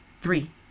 three